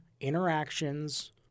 interactions